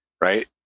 right